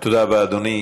תודה רבה, אדוני.